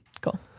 Cool